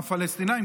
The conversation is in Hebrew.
הפלסטינים,